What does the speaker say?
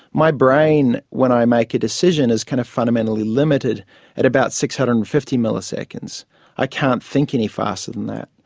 my brain when i make a decision is kind of fundamentally limited at about six hundred and fifty milliseconds i can't think any faster than that.